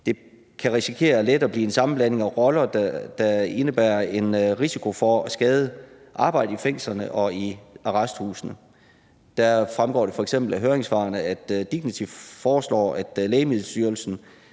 Det kan let risikere at blive en sammenblanding af roller, der indebærer en risiko for at skade arbejdet i fængslerne og i arresthusene. Der fremgår det f.eks. af høringssvarene, at DIGNITY foreslår, at Lægemiddelstyrelsen